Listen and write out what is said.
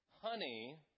Honey